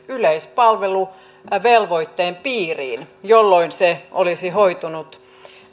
yleispalveluvelvoitteen piiriin jolloin se olisi hoitunut